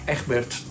Egbert